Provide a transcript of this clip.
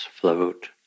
float